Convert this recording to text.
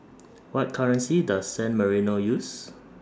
What currency Does San Marino use